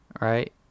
Right